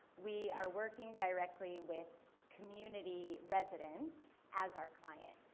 we are working directly with community residents as our client.